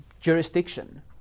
jurisdiction